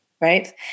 right